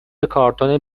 کارتون